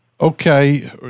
Okay